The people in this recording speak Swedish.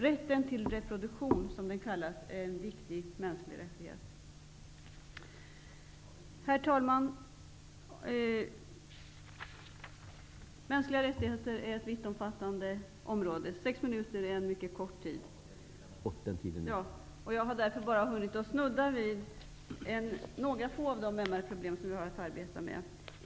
Rätten till reproduktion, som det heter, är en viktig mänsklig rättighet. Herr talman! Mänskliga rättigheter är ett vittomfattande område. Sex minuters taletid är en mycket kort tid. Jag har därför bara hunnit snudda vid några få av de MR-problem som vi har att arbeta med.